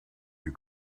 you